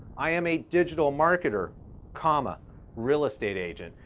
i am a digital marketer comma real estate agent?